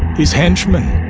his henchman,